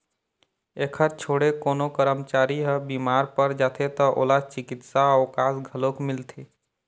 एखर छोड़े कोनो करमचारी ह बिमार पर जाथे त ओला चिकित्सा अवकास घलोक मिलथे